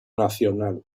nacional